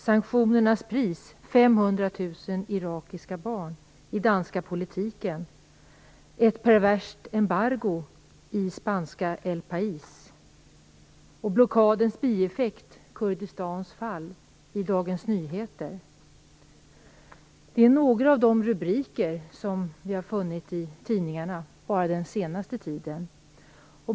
"Sanktionernas pris 500 000 irakiska barn" är rubriken i danska Politiken, "Ett perverst embargo" i spanska El País, "Blockadens bieffekt Kurdistans fall" Det är några av de rubriker som vi funnit i tidningarna den senaste tiden.